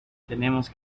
tenemos